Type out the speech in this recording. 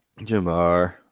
Jamar